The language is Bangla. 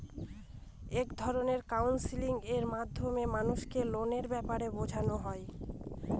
এক রকমের কাউন্সেলিং এর মাধ্যমে মানুষকে লোনের ব্যাপারে বোঝানো হয়